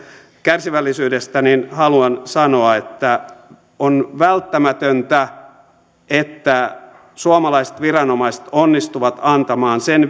kärsivällisyydestä haluan sanoa että on välttämätöntä että suomalaiset viranomaiset onnistuvat antamaan sen